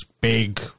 big